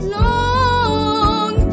long